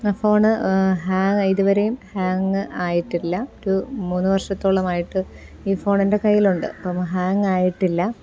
ആ phone hang ഇതുവരെയും hang ആയിട്ടില്ല ഒരു മൂന്ന് വർഷത്തോളമായിട്ട് ഈ ഫോൺ എൻ്റെ കൈയിൽ ഉണ്ട് അപ്പം ഹാങ്ങായിട്ടില്ല